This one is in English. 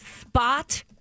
spot